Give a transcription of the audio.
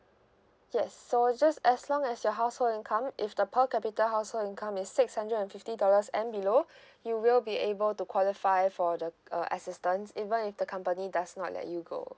yes so just as long as your household income if the per capita household income is six hundred and fifty dollars and below you will be able to qualify for the uh assistance even if the company does not let you go